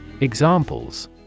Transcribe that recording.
Examples